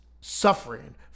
Suffering